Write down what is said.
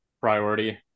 priority